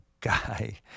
guy